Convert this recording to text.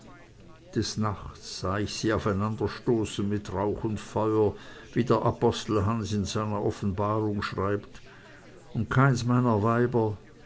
des nachts sah ich sie aufeinanderstoßen mit rauch und feuer wie der apostel hans in seiner offenbarung schreibt und keines meiner weiber